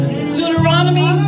Deuteronomy